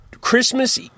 Christmas